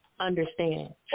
Understand